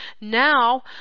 Now